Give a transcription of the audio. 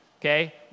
okay